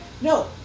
No